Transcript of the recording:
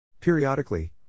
Periodically